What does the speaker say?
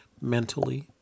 mentally